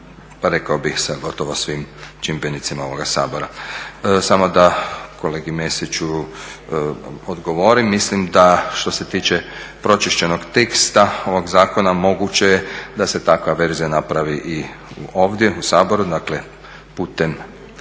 rekao bih sa gotovo svim čimbenicima ovoga Sabora. Samo da kolegi Mesiću odgovorim. Mislim da što se tiče pročišćenog teksta ovog zakona moguće je da se takva verzija napravi i ovdje u Saboru dakle putem